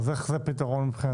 אז איך זה פתרון מבחינתך?